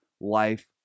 life